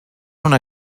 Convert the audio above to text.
una